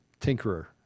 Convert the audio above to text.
tinkerer